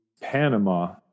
Panama